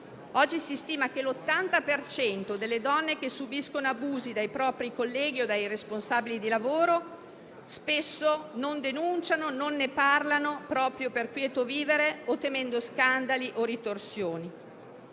Oggi si stima che l'80 per cento delle donne che subiscono abusi dai propri colleghi di lavoro o dai propri responsabili, spesso non denunciano o non ne parlano proprio per quieto vivere o temendo scandali o ritorsioni.